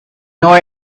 nor